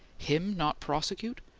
him not prosecute?